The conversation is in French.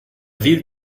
ville